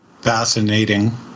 Fascinating